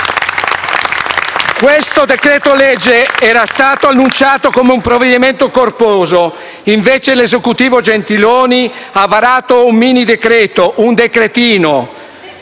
Questo decreto-legge era stato annunciato come un provvedimento corposo. Invece, l'Esecutivo Gentiloni Silveri ha varato un mini decreto, un decretino